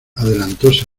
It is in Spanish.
adelantóse